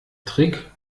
trick